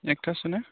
एकथासो ना